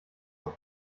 auch